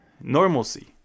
normalcy